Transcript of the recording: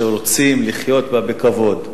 שרוצים לחיות בה בכבוד,